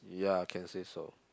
ya can say so